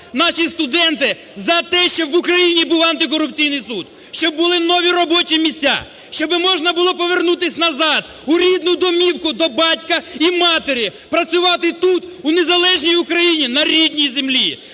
Наші студенти за те, щоб в Україні був антикорупційний суд, щоб були нові робочі місця, щоб можна було повернутись назад у рідну домівку до батька і матері, працювати тут, у незалежній Україні, на рідній землі.